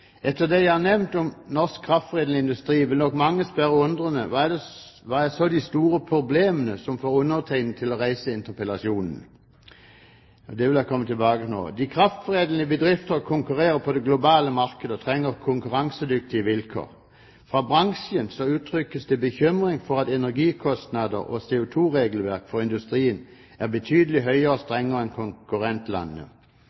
Etter det jeg har nevnt om norsk kraftforedlende industri, vil nok mange spørre undrende: Hva er så de store problemene som får undertegnede til å reise interpellasjonen? Det vil jeg komme til nå. De kraftforedlende bedrifter konkurrerer på det globale markedet og trenger konkurransedyktige vilkår. Fra bransjen uttrykkes det bekymring for at energikostnader og CO2-regelverk for industrien er betydelig høyere og